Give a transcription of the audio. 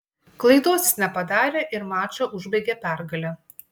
klaidos jis nepadarė ir mačą užbaigė pergale